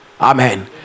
Amen